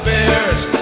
Bears